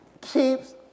keeps